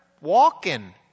walking